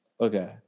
okay